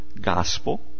Gospel